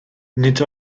nid